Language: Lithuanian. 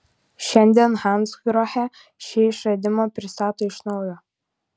šiandien hansgrohe šį išradimą pristato iš naujo